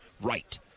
right